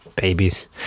babies